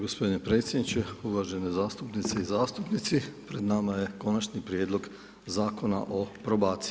gospodine predsjedniče, uvažene zastupnice i zastupnici pred nama je Konačni prijedlog Zakona o probaciji.